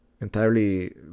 entirely